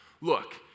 look